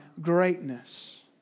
greatness